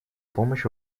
помощь